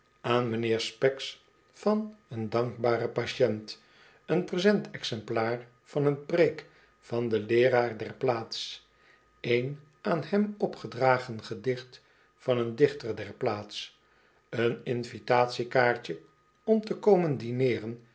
aan mijnheer specks van een dankbaren patiënt een present exemplaar van een preek van den leeraar der plaats een aan hem opgedragen gedicht van een dichter der plaats een invitatiekaartje om te komen di